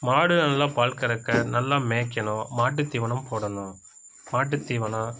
மாடு நல்லா பால் கறக்க நல்லா மேய்க்கணும் மாட்டுத் தீவனம் போடணும் மாட்டுத் தீவனம்